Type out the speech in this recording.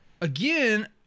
again